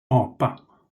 apa